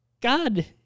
God